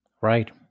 right